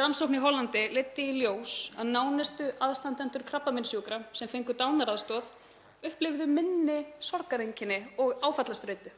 Rannsókn í Hollandi leiddi í ljós að nánustu aðstandendur krabbameinssjúkra sem fengu dánaraðstoð upplifðu minni sorgareinkenni og áfallastreitu